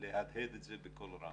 להדהד את זה בקול רם.